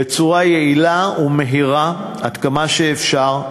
בצורה יעילה ומהירה עד כמה שאפשר,